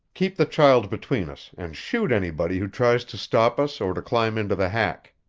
keep the child between us, and shoot anybody who tries to stop us or to climb into the hack.